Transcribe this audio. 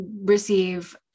receive